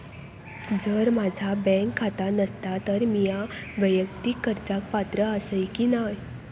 जर माझा बँक खाता नसात तर मीया वैयक्तिक कर्जाक पात्र आसय की नाय?